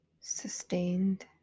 sustained